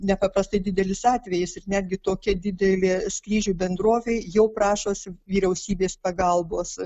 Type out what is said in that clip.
nepaprastai didelis atvejis ir netgi tokia didelė skrydžių bendrovė jau prašosi vyriausybės pagalbos